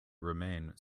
remain